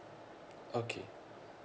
okay